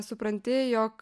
supranti jog